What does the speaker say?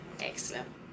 Excellent